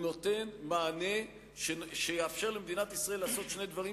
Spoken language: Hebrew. הוא נותן מענה שיאפשר למדינת ישראל לעשות שני דברים,